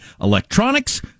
electronics